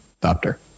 doctor